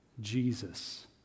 Jesus